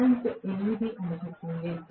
8 అని చెప్పండి